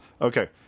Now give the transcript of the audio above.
Okay